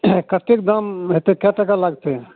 कतेक दाम हेतै कै टका लागतै